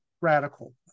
radical